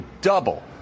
double